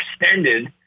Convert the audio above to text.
extended